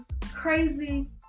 crazy